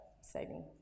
saving